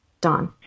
Don